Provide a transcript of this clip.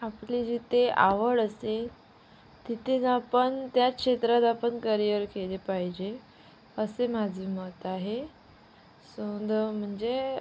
आपली जिथे आवड असते तिथे जर आपण त्या क्षेत्रात आपण करिअर केले पाहिजे असे माझे मत आहे सो दं म्हणजे